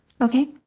Okay